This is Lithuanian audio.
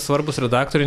svarbūs redaktoriai